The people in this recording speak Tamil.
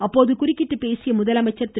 அப்போது குறுக்கிட்டு பேசிய முதலமைச்சர் திரு